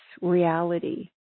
reality